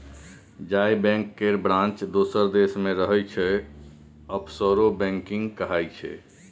जाहि बैंक केर ब्रांच दोसर देश मे रहय छै आफसोर बैंकिंग कहाइ छै